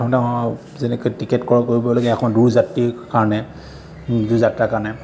প্ৰথমতে টিকেট ক্ৰয় কৰিবলগীয়া অকমান দূৰ যাত্ৰীৰ কাৰণে দূৰ যাত্ৰা কাৰণে